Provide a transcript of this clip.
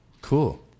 Cool